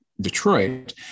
Detroit